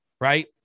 right